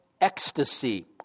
ecstasy